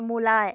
মূলায়ে